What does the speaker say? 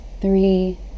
three